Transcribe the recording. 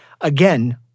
Again